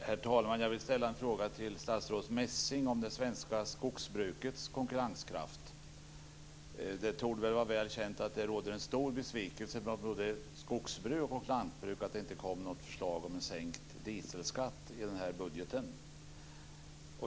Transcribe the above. Herr talman! Jag vill ställa en fråga till statsrådet Det torde vara väl känt att det råder en stor besvikelse bland både skogsbrukare och lantbrukare över att det inte kom något förslag om sänkt dieselskatt i den senaste budgeten.